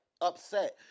upset